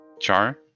Char